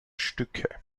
stücke